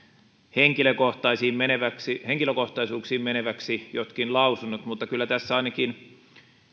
henkilökohtaisuuksiin meneviksi henkilökohtaisuuksiin meneviksi jotkin lausunnot mutta kyllä tässä ainakin